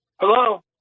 Hello